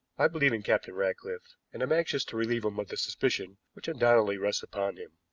i believe in captain ratcliffe, and am anxious to relieve him of the suspicion which undoubtedly rests upon him.